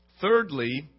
Thirdly